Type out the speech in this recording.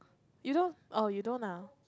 you don't oh you don't ah